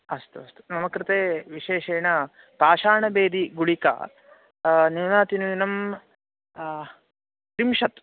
अस्तु अस्तु मम कृते विशेषेण पाषाणबेदिगुळिका न्यूनातिन्यूनं त्रिंशत्